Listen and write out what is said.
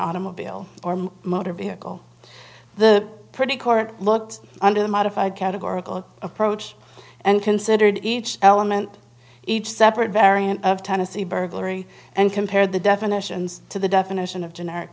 automobile or motor vehicle the pretty court looked under the modified categorical approach and considered each element each separate variant of tennessee burglary and compare the definitions to the definition of generic